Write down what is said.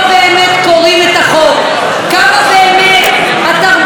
כמה באמת התרבות והקולנוע לא מעניינים אתכם,